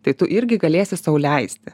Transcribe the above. tai tu irgi galėsi sau leisti